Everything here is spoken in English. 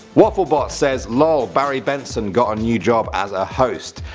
waffle bot says lol barry benson got a new job as a host,